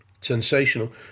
sensational